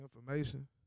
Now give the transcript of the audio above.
information